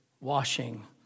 washing